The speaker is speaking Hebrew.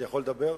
אני יכול לדבר?